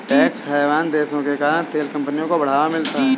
tax haven देशों के कारण तेल कंपनियों को बढ़ावा मिलता है